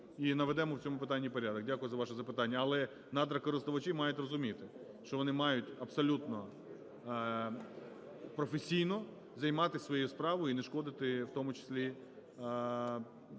і наведемо в цьому питанні порядок. Дякую за ваше запитання. Але надрокористувачі мають розуміти, що вони мають абсолютно професійно займатися своєю справою і не шкодити, в тому числі екологічній